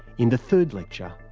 in the third lecture,